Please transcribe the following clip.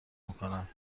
میکنند